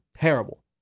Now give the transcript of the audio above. terrible